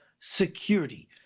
security